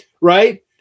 right